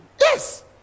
yes